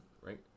right